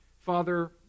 Father